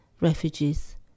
refugees